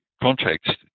context